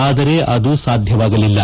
ಆದರೆ ಅದು ಸಾಧ್ಯವಾಗಲಿಲ್ಲ